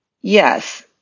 Yes